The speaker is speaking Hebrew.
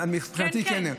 כן, כן.